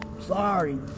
sorry